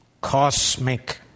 cosmic